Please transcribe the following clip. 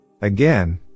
Again